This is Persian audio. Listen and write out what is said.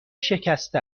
شکسته